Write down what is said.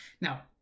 Now